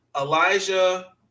Elijah